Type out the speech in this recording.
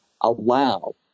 allow